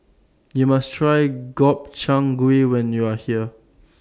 YOU must Try Gobchang Gui when YOU Are here